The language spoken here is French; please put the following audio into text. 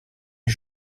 les